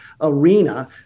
arena